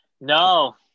No